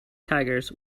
tigers